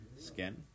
skin